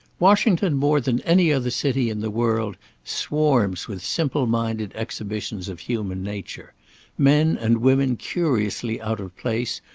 washington more than any other city in the world swarms with simple-minded exhibitions of human nature men and women curiously out of place,